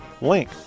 link